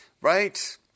right